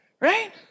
right